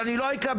אבל אני לא אקבל,